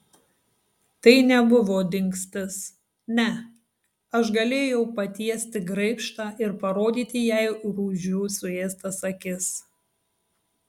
tai nebuvo dingstis ne aš galėjau patiesti graibštą ir parodyti jai rūdžių suėstas akis